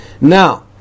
Now